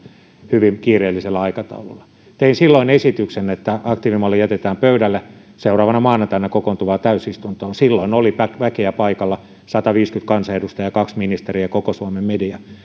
hyvin kiireellisellä aikataululla tein silloin esityksen että aktiivimalli jätetään pöydälle seuraavana maanantaina kokoontuvaan täysistuntoon silloin oli väkeä paikalla sataviisikymmentä kansanedustajaa kaksi ministeriä ja koko suomen media